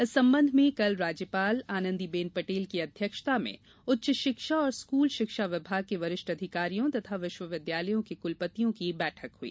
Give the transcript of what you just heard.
इस संबंध में कल राज्यपाल श्रीमती आनंदीबेन पटेल की अध्यक्षता में उच्च शिक्षा और स्कल शिक्षा विभाग के वरिष्ठ अधिकारियों तथा विश्वविद्यालयों के कुलपतियों की बैठक हुई